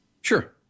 Sure